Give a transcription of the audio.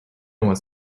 wants